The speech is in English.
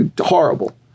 horrible